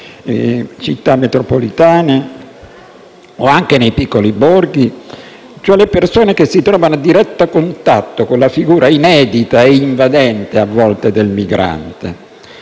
città metropolitane, ma anche ai piccoli borghi che si trovano a diretto contatto con la figura inedita e invadente a volte del migrante).